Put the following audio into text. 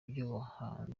by’ubuhanzi